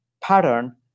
pattern